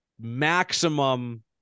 Maximum